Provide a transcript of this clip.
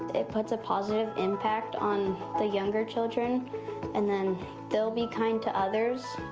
it puts a positive impact on the younger children and then they'll be kind to others.